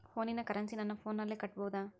ಫೋನಿನ ಕರೆನ್ಸಿ ನನ್ನ ಫೋನಿನಲ್ಲೇ ಕಟ್ಟಬಹುದು?